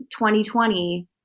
2020